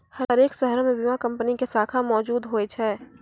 हरेक शहरो मे बीमा कंपनी के शाखा मौजुद होय छै